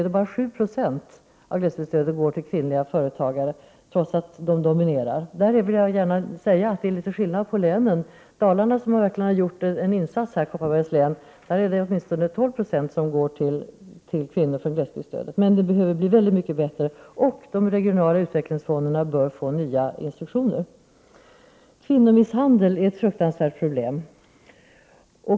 Endast 7 96 av glesbygdsstödet går till kvinnliga företagare, trots att de dominerar. Det är dock skillnad på olika län. I Dalarna, i Kopparbergs län, där man verkligen har gjort en insats på detta område går åtminstone 12 2 av glesbygdsstödet till kvinnor. Situationen behöver emellertid förbättras. De regionala utvecklingsfonderna bör få nya instruktioner. Kvinnomisshandel utgör ett fruktansvärt problem.